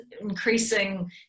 increasing